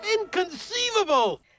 Inconceivable